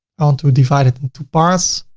and to divide it in two parts